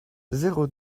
zéro